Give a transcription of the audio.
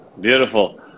Beautiful